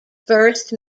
first